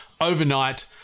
overnight